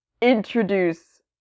introduce